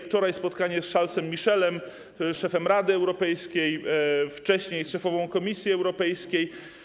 Wczoraj spotkał się z Charles’em Michelem, szefem Rady Europejskiej, wcześniej z szefową Komisji Europejskiej.